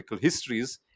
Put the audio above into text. histories